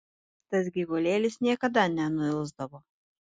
tas gyvulėlis niekada nenuilsdavo